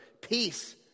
Peace